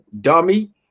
dummy